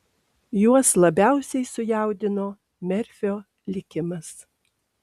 juos labiausiai sujaudino merfio likimas